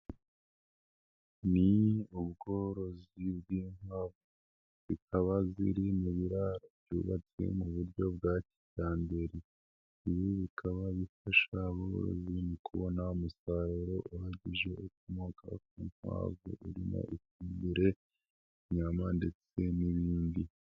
Ni ubworozi bw'inkavu zikaba ziri mu biraro byubatswe mu buryo bwa kijyambere. Ibi bikaba bifasha abarozi mu kubona umusaruro uhagije ukomoka kupobirimo ifumbire, inyama ndetse n'ibindi.